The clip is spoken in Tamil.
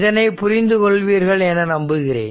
இதனை புரிந்து கொள்வீர்கள் என நம்புகிறேன்